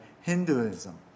hinduism